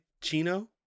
Chino